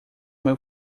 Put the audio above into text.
meu